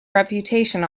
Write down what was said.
reputation